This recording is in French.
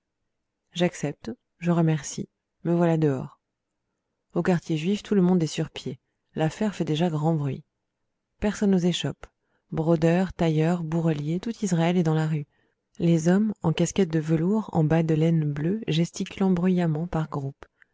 j'accepte je remercie me voilà dehors au quartier juif tout le monde est sur pied l'affaire fait déjà grand bruit personne aux échoppes brodeurs tailleurs bourreliers tout israël est dans la rue les hommes en casquette de velours en bas de laine bleue gesticulant bruyamment par groupes